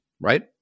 right